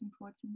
important